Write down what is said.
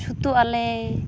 ᱪᱷᱩᱛᱩᱜ ᱟᱞᱮ